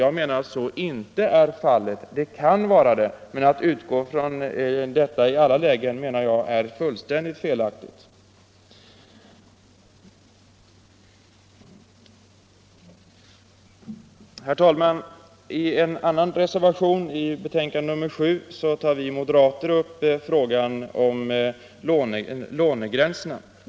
Jag menar att så inte är fallet. Det kan vara det, men jag anser att det är fullständigt felaktigt att utgå från en sådan motsats i alla lägen. Herr talman! I en annan reservation till betänkandet nr 7 tar vi moderater upp frågan om lånegränserna.